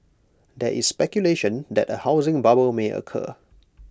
there is speculation that A housing bubble may occur